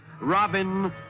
Robin